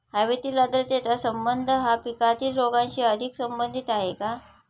हवेतील आर्द्रतेचा संबंध हा पिकातील रोगांशी अधिक संबंधित आहे का?